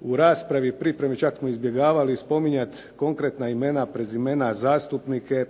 u raspravi i pripremi čak smo i izbjegavali spominjati konkretna imena, prezimena, zastupnike